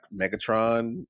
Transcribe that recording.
megatron